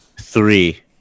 three